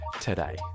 today